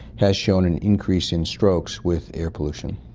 has shown an increase in strokes with air pollution.